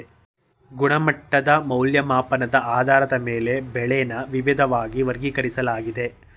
ಗುಣಮಟ್ಟದ್ ಮೌಲ್ಯಮಾಪನದ್ ಆಧಾರದ ಮೇಲೆ ಬೆಳೆನ ವಿವಿದ್ವಾಗಿ ವರ್ಗೀಕರಿಸ್ಲಾಗಿದೆ